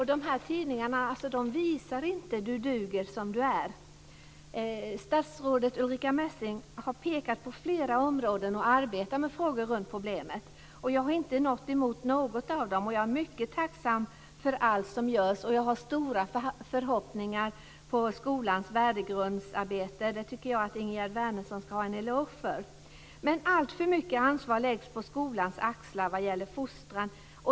De här tidningarna visar inte att man duger som man är. Statsrådet Ulrica Messing har pekat på flera områden och arbetar med frågor runt problemet. Jag har inte något emot något av detta; jag är mycket tacksam för allt som görs. Jag har stora förhoppningar på skolans värdegrundsarbete; det tycker jag att Ingegerd Wärnersson ska ha en eloge för. Men alltför mycket ansvar läggs på skolans axlar vad gäller fostran.